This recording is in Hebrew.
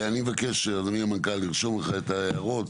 אני מבקש, אדוני המנכ"ל, ירשום לך את ההערות.